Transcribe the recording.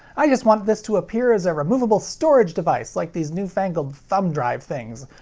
i just want this to appear as a removable storage device like these new fangled thumb drive things.